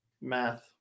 Math